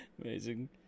amazing